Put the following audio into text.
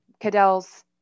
Cadell's